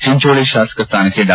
ಚಿಂಚೋಳಿ ಶಾಸಕ ಸ್ವಾನಕ್ಕೆ ಡಾ